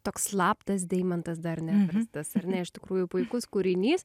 toks slaptas deimantas dar neatrastas ar ne iš tikrųjų puikus kūrinys